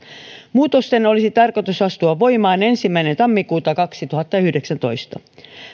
muutosten olisi tarkoitus astua voimaan ensimmäinen tammikuuta kaksituhattayhdeksäntoista